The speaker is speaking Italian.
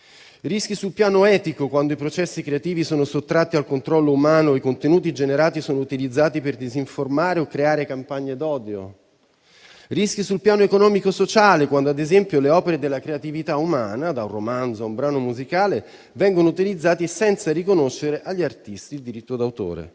rischi sul piano etico (quando i processi creativi sono sottratti al controllo umano e i contenuti generati sono utilizzati per disinformare o creare campagne d'odio) e sul piano economico e sociale (quando, ad esempio, le opere della creatività umana, da un romanzo a un brano musicale, vengono utilizzate senza riconoscere agli artisti il diritto d'autore).